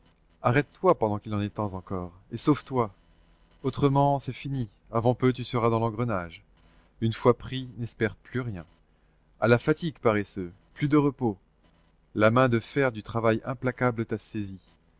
arrête-toi pendant qu'il en est temps encore et sauve-toi autrement c'est fini avant peu tu seras dans l'engrenage une fois pris n'espère plus rien à la fatigue paresseux plus de repos la main de fer du travail implacable t'a saisi